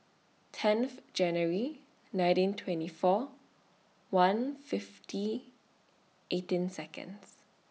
tenth January nineteen twenty four one fifty eighteen Seconds